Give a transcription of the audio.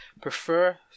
prefer